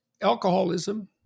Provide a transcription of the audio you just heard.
alcoholism